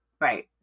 right